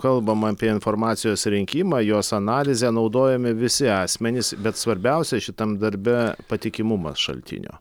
kalbama apie informacijos rinkimą jos analizę naudojami visi asmenys bet svarbiausia šitam darbe patikimumas šaltinio